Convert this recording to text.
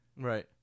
Right